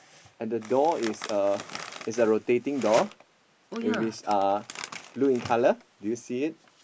and the door is uh is a rotating door with is uh blue in colour do you see it